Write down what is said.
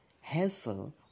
hassle